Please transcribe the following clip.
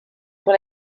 pour